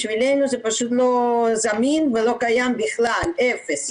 בשבילנו זה לא זמין ולא קיים בכלל, אפס.